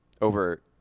over